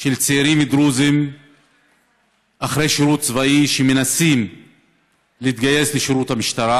של צעירים דרוזים אחרי שירות צבאי שמנסים להתגייס לשירות המשטרה